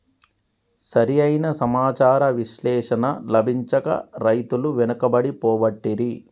సరి అయిన సమాచార విశ్లేషణ లభించక రైతులు వెనుకబడి పోబట్టిరి